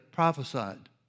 prophesied